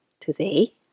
Today